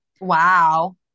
Wow